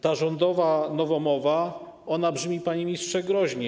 Ta rządowa nowomowa brzmi, panie ministrze, groźnie.